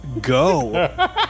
go